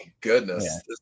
Goodness